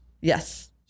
Yes